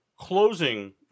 Closing